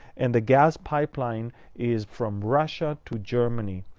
and the gas pipeline is from russia to germany.